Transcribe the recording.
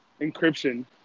encryption